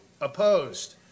Opposed